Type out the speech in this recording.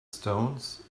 stones